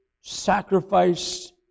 sacrifice